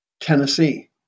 Tennessee